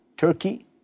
Turkey